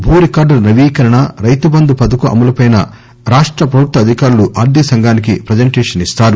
భూ రికార్డుల నవీకరణ రైతు బంధు పథకం అమలుపై రాష్ట ప్రభుత్వ అధికారులు ఆర్థిక సంఘానికి ప్రజెంటేషన్ ఇస్తారు